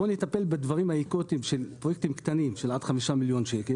בואו נטפל בדברים האקוטיים; בפרויקטים קטנים של עד 5 מיליון ₪,